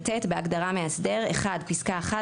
בהגדרה "מאסדר" - בפסקה (1),